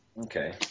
Okay